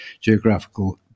geographical